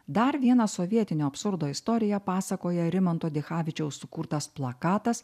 dar vieną sovietinio absurdo istoriją pasakoja rimanto dichavičiaus sukurtas plakatas